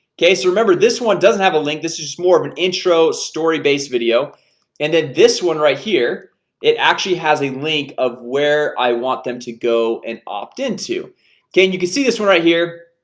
okay. so remember this one doesn't have a link this is more of an intro story based video and then this one right here it actually has a link of where i want them to go and opt into can you can see this one right here?